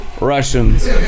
Russians